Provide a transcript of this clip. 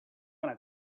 wanna